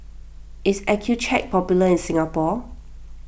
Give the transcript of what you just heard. is Accucheck popular in Singapore